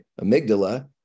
amygdala